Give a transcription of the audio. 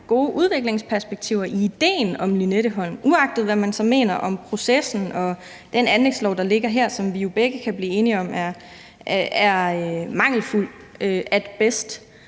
gode udviklingsperspektiver i idéen om Lynetteholm, uagtet hvad man så mener om processen og den anlægslov, der ligger her, og som vi jo begge kan blive enige om er mangelfuld at best?